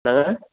ஆ